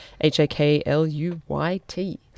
H-A-K-L-U-Y-T